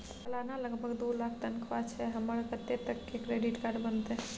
सलाना लगभग दू लाख तनख्वाह छै हमर त कत्ते तक के क्रेडिट कार्ड बनतै?